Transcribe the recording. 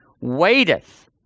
waiteth